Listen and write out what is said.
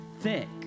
thick